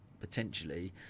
potentially